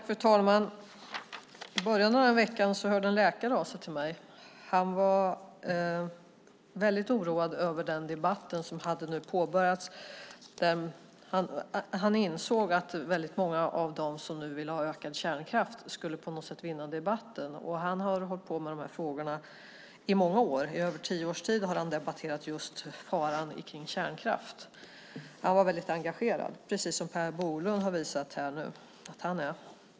Fru talman! I början av veckan hörde en läkare av sig till mig. Han var väldigt oroad över den debatt som hade påbörjats. Han insåg att väldigt många av dem som nu vill ha ökad kärnkraft på något sätt skulle vinna debatten. Han har hållit på med de här frågorna i många år. I över tio års tid har han debatterat just faran med kärnkraft. Han var väldigt engagerad, precis som Per Bolund har visat att han är.